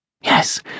Yes